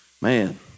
Man